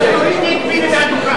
אז תורידי את ביבי מהדוכן,